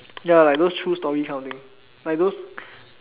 ya like those true story kind of things like those